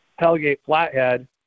Hellgate-Flathead